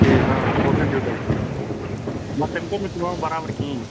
ٹھیٖکھ آ آ پوشک دیُت اَسہِ مگر تمٔۍ کٔرِ نہٕ کٲم برابر کہیٖنٛۍ